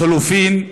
לחלופין,